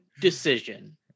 decision